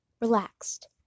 relaxed